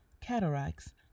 cataracts